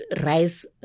rice